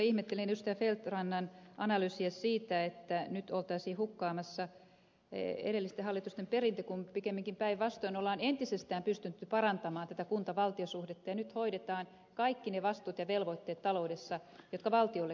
feldt rannan analyysiä siitä että nyt oltaisiin hukkaamassa edellisten hallitusten perintö kun pikemminkin päinvastoin on entisestään pystytty parantamaan tätä kuntavaltio suhdetta ja nyt hoidetaan kaikki ne vastuut ja velvoitteet taloudessa jotka valtiolle kuuluvat